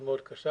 מאוד מאוד קשה,